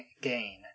gain